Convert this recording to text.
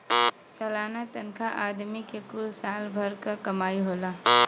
सलाना तनखा आदमी के कुल साल भर क कमाई होला